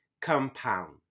compound